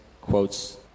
quotes